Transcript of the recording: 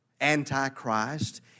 antichrist